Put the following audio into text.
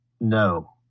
No